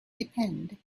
depend